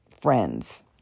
Friends